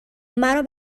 مرا